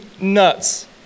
nuts